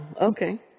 Okay